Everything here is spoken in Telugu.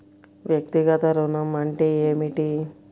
వ్యక్తిగత ఋణం అంటే ఏమిటి?